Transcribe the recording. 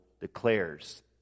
declares